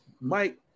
Mike